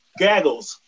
gaggles